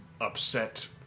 upset